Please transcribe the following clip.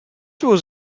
was